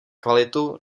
kvalitu